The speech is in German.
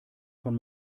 von